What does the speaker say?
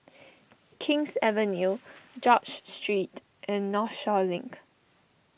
King's Avenue George Street and Northshore Link